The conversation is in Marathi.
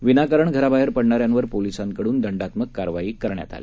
विनाकारण घराबाहेर पडणाऱ्यांवर पोलिसांकडून दंडात्मक कारवाई करण्यात आली